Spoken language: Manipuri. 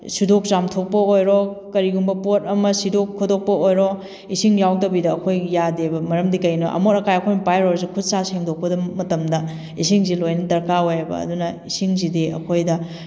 ꯁꯨꯗꯣꯛ ꯆꯥꯝꯊꯣꯛꯄ ꯑꯣꯏꯔꯣ ꯀꯔꯤꯒꯨꯝꯕ ꯄꯣꯠ ꯑꯃ ꯁꯤꯗꯣꯛ ꯈꯣꯇꯣꯛꯄ ꯑꯣꯏꯔꯣ ꯏꯁꯤꯡ ꯌꯥꯎꯗꯕꯤꯗ ꯑꯩꯈꯣꯏ ꯌꯥꯗꯦꯕ ꯃꯔꯝꯗꯤ ꯀꯩꯒꯤꯅꯣ ꯑꯃꯣꯠ ꯑꯀꯥꯏ ꯑꯩꯈꯣꯏꯅ ꯄꯥꯏꯔꯨꯔꯁꯨ ꯈꯨꯠ ꯁꯥ ꯁꯦꯡꯗꯣꯛꯄꯗ ꯃꯇꯝꯗ ꯏꯁꯤꯡꯁꯤ ꯂꯣꯏꯅ ꯗꯔꯀꯥꯔ ꯑꯣꯏꯌꯦꯕ ꯑꯗꯨꯅ ꯏꯁꯤꯡꯁꯤꯗꯤ ꯑꯩꯈꯣꯏꯗ